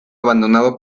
abandonado